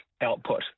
output